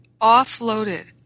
offloaded